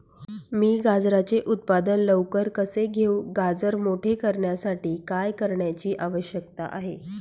मी गाजराचे उत्पादन लवकर कसे घेऊ? गाजर मोठे करण्यासाठी काय करण्याची आवश्यकता आहे?